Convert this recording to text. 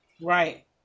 Right